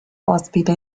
ospita